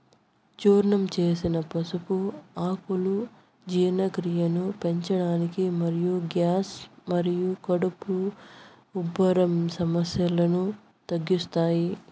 చూర్ణం చేసిన పసుపు ఆకులు జీర్ణక్రియను పెంచడానికి మరియు గ్యాస్ మరియు కడుపు ఉబ్బరం సమస్యలను తగ్గిస్తాయి